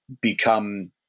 become